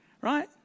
right